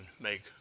make